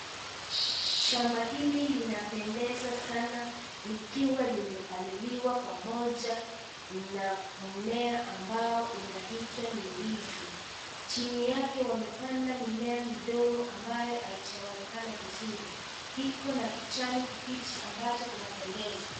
Shamba hili linapendeza sana likiwa limepaliliwa pamoja na mmea ambao unaitwa ni ndizi, chini yake wamepanda mimea midogo ambayo haijaonekana vizuri iko na kijani kibichi ambacho kinapendeza.